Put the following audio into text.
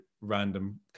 random